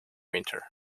winter